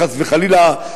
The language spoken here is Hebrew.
חס וחלילה,